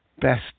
best